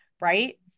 Right